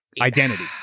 identity